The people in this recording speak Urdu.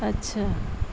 اچھا